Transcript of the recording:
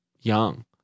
young